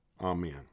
Amen